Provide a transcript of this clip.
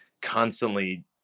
constantly